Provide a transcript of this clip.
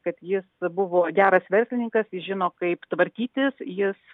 kad jis buvo geras verslininkas žino kaip tvarkytis jis